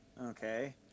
Okay